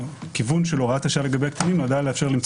הכיוון של הוראת השעה לגבי קטינים נועדה לאפשר למצוא